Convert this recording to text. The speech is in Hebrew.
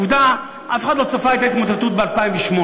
עובדה, אף אחד לא צפה את ההתמוטטות ב-2008.